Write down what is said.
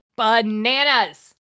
bananas